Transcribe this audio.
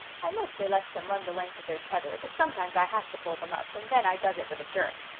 i mostly lets them run the length of their tether, but sometimes i has to pull them up, and then i does it with a jerk.